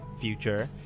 future